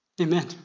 Amen